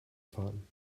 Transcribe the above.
fahren